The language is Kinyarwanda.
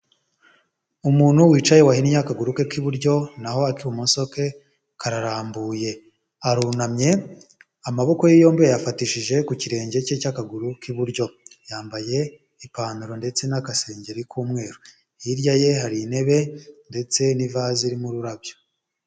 Umuntu wicaye wahinnye akaguru ke k'iburyo naho ak'ibumoso ke kararambuye arunamye, amaboko ye yombi yafatishije ku kirenge cye cy'akaguru k'iburyo, yambaye ipantaro ndetse n'agasengeri k'umweru, hirya ye hari intebe ndetse n'ivaze irimo ururabyo.